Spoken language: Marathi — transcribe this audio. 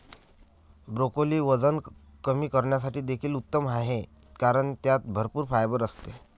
ब्रोकोली वजन कमी करण्यासाठी देखील उत्तम आहे कारण त्यात भरपूर फायबर असते